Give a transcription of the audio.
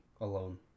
alone